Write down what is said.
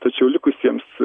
tačiau likusiems